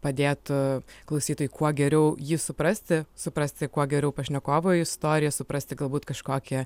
padėtų klausytojui kuo geriau jį suprasti suprasti kuo geriau pašnekovo istoriją suprasti galbūt kažkokią